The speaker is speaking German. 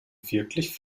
wirklich